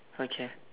okay